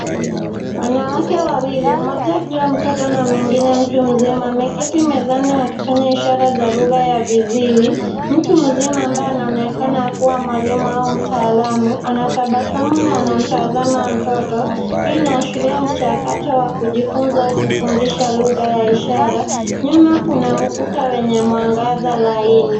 Wanawake wawili, mmoja akiwa mtoto na mwingine mtu mzima, wameketi mezani wakifanya ishara za lugha ya viziwi. Mtu mzima ambaye anaonekana kuwa mwalimu ama mtaalamu anatabasamu na anamtazama mtoto. Hii inaashiria mchakato wa kujifunza kufundisha lugha ya ishara. Nyuma kuna ukuta wenye mwangaza laini.